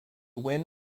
win